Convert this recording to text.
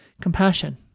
Compassion